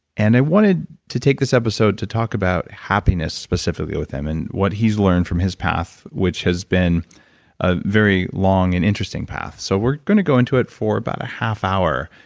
and i wanted to take this episode to talk about happiness specifically with him and what he's learned from his path, which has been a very long and interesting path, so we're going to go into it for about a half hour,